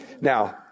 Now